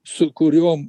su kuriom